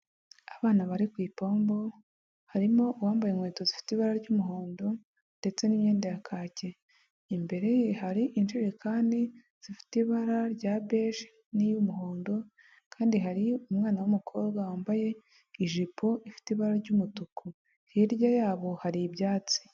Abana bari ku ipombo harimo uwambaye inkweto zifite ibara ry'umuhondo ndetse n'imyenda ya kahake, imbere ye hari injirekani zifite ibara rya beje n'iy'umuhondo kandi hari umwana w'umukobwa wambaye ijipo ifite ibara ry'umutuku hirya yabo hari ibyatsi.